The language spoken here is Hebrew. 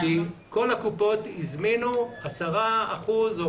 כי כל הקופות הזמינו השנה 10 אחוזים או